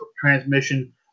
transmission